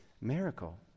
miracle